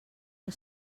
que